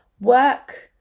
work